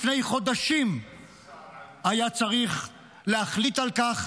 לפני חודשים היה צריך להחליט על כך,